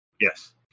Yes